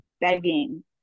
begging